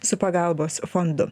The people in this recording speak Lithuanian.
su pagalbos fondu